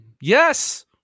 Yes